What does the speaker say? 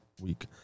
week